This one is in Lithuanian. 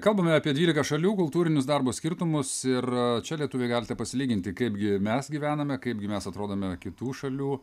kalbame apie dvylika šalių kultūrinius darbo skirtumus ir čia lietuviai galite pasilyginti kaipgi mes gyvename kaipgi mes atrodome kitų šalių